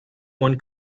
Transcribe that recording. one